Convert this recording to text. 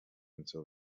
until